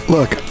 Look